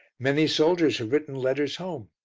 many soldiers have written letters home.